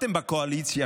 בקואליציה,